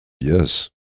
Yes